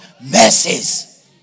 mercies